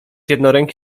jednoręki